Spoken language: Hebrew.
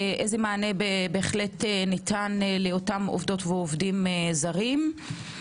איזה מענה ניתן לאותם עובדות ועובדים זרים.